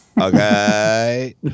Okay